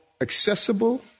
accessible